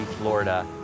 Florida